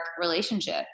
relationship